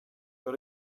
got